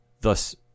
thus